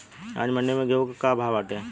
आज मंडी में गेहूँ के का भाव बाटे?